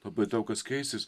labai daug kas keisis